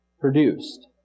produced